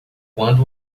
quando